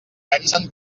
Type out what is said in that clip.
pensen